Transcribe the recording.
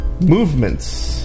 Movements